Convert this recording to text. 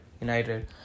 United